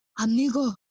amigo